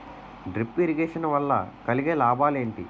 Drip irrigation వల్ల కలిగే లాభాలు ఏంటి?